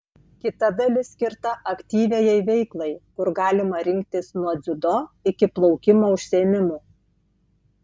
kita dalis skirta aktyviajai veiklai kur galima rinktis nuo dziudo iki plaukimo užsiėmimų